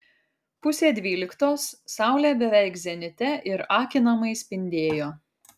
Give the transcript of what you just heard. pusė dvyliktos saulė beveik zenite ir akinamai spindėjo